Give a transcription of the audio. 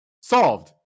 Solved